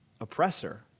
oppressor